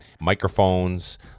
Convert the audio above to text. microphones